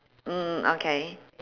mm okay